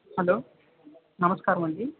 hello నమస్కారమండి